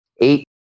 eight